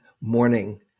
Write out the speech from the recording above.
morning